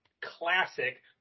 classic